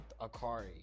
Akari